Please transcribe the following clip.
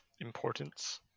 importance